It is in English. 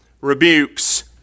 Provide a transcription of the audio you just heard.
rebukes